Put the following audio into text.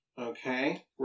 Okay